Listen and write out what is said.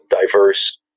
diverse